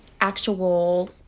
actual